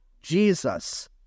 jesus